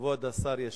כבוד השר ישיב.